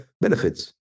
benefits